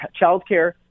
childcare